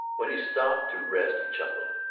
when he stopped to rest he chuckled,